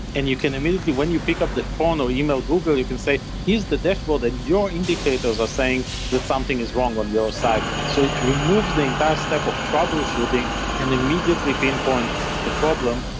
and you can immediately, when you pick up the phone, or e-mail google, you can say, here's the dashboard and your indicators are saying that something is wrong on your side. so it removes the entire step of troubleshooting and immediately pinpoint the problem,